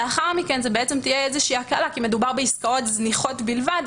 לאחר מכן זאת תהיה איזושהי הקלה כי מדובר בעסקאות זניחות בלבד.